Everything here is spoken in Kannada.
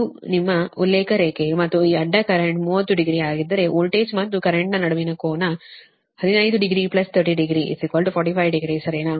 ಇದು ನಿಮ್ಮ ಉಲ್ಲೇಖ ರೇಖೆ ಮತ್ತು ಈ ಅಡ್ಡ ಕರೆಂಟ್ 30 ಡಿಗ್ರಿ ಆಗಿದ್ದರೆ ವೋಲ್ಟೇಜ್ ಮತ್ತು ಕರೆಂಟ್ ನ ನಡುವಿನ ಕೋನ ಯಾವುದು 150 300 450 ಸರಿನಾ